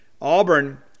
Auburn